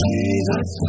Jesus